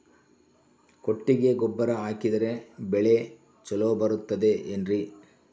ಕೊಟ್ಟಿಗೆ ಗೊಬ್ಬರ ಹಾಕಿದರೆ ಬೆಳೆ ಚೊಲೊ ಬರುತ್ತದೆ ಏನ್ರಿ?